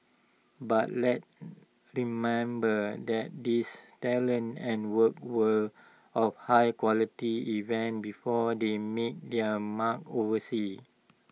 but let's remember that these talents and work were of high quality even before they made their mark overseas